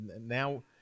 now –